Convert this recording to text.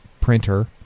printer